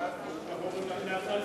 כך,